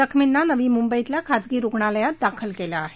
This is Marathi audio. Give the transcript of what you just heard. जखमींना नवी मुंबईतल्या खाजगी रुग्णालयात दाखल केलं आहे